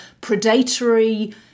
predatory